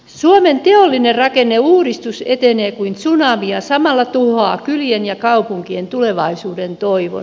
suomen teollinen rakenneuudistus etenee kuin tsunami ja samalla tuhoaa kylien ja kaupunkien tulevaisuuden toivon